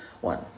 One